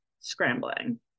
scrambling